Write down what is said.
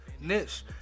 niche